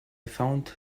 found